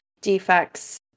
defects